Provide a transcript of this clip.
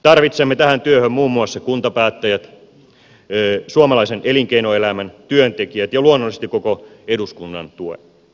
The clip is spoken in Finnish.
tarvitsemme tähän työhön muun muassa kuntapäättäjät suomalaisen elinkeinoelämän työntekijät ja luonnollisesti koko eduskunnan tuen